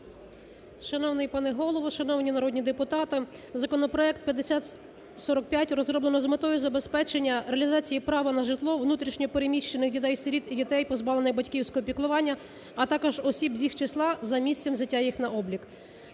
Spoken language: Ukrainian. Шановний пане Голово, шановні народні депутати, законопроект 5045 розроблено з метою забезпечення реалізації права на житло внутрішньо переміщених дітей-сиріт і дітей, позбавлених батьківського піклування, а також осіб з їх числа за місцем взяття їх на облік.